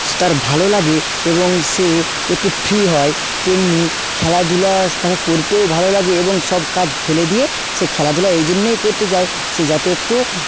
তার ভালো লাগে এবং সে একটু ফ্রি হয় তেমনি খেলাধুলা করতেও ভালো লাগে এবং সব কাজ ফেলে দিয়ে সে খেলাধুলা এই জন্যেই করতে যায় সে যাতে একটু